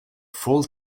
full